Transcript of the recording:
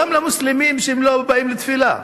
גם לא למוסלמים שלא באים לתפילה.